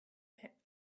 pit